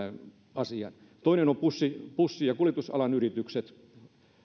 asiaan toinen on bussi bussi ja kuljetusalan yritykset